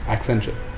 Accenture